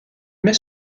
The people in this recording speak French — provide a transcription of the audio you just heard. met